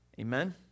Amen